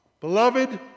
beloved